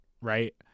right